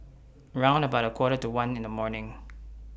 round about A Quarter to one in The morning